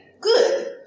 Good